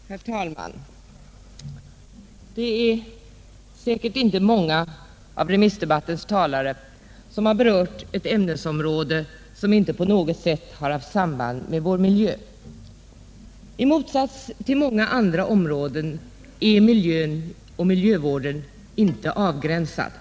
Herr talman! Det är säkert inte många av remissdebattens talare som har berört ett ämnesområde som inte på något sätt har haft samband med vår miljö. I motsats till många andra områden är miljön och miljövården inte avgränsad.